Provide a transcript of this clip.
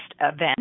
event